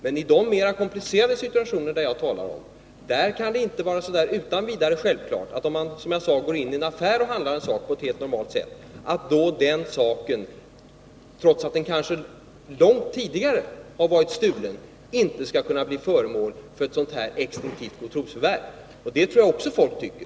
Men i de mer komplicerade situationer som jag talar om är frågan inte utan vidare självklar, t.ex. om man går in i en affär och på ett helt normalt sätt handlar en sak, som långt tidigare blivit stulen. Det är inte utan vidare självklart att den saken inte skall kunna bli föremål för godtrosförvärv. Det tror jag också att folk tycker.